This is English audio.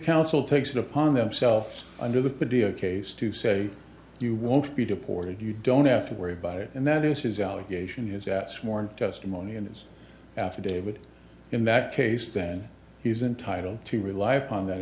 counsel takes it upon themselves under the padilla case to say you won't be deported you don't have to worry about it and that is his allegation his ass more testimony in his affidavit in that case than he's entitled to rely upon that